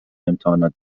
امتحانات